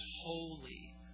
holy